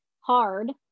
hard